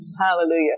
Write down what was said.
Hallelujah